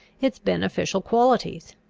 its beneficial qualities,